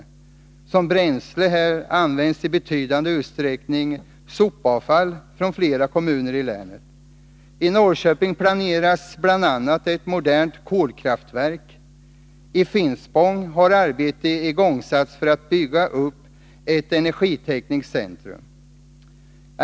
Som bränsle används här i betydande utsträckning sopavfall från flera kommuner i länet. I Norrköping planeras bl.a. ett modernt kolkraftverk. I Finspång har arbete igångsatts för att bygga upp ett energitekniskt centrum.